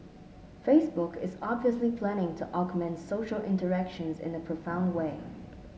Facebook is obviously planning to augment social interactions in a profound way